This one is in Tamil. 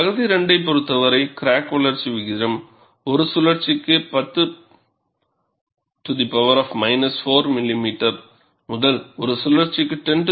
பகுதி 2 ஐப் பொறுத்தவரை கிராக் வளர்ச்சி விகிதம் ஒரு சுழற்சிக்கு 10 4 மில்லிமீட்டர் முதல் ஒரு சுழற்சிகக்கு 10 2 மில்லிமீட்டர் வரிசையில் உள்ளது